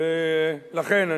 ולכן,